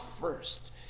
first